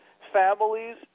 Families